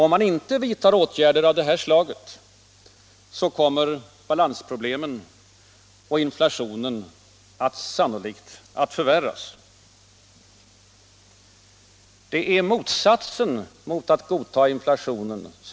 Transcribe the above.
Om man inte vidtar åtgärder av det här slaget, så kommer balansproblemen och inflationen sannolikt att förvärras. Vår politik innebär motsatsen till att godta inflationen.